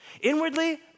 Inwardly